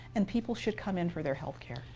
and people should come in for their health care.